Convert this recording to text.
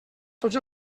tots